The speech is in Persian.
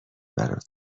برا